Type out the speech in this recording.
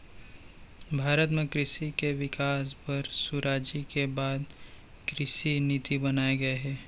भारत म कृसि के बिकास बर सुराजी के बाद कृसि नीति बनाए गये हे